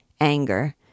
Anger